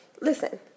Listen